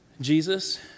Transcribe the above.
Jesus